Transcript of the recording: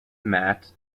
matt